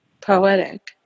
poetic